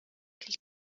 ch’il